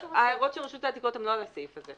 ההערות של רשות העתיקות הן לא על הסעיף הזה.